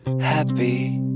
happy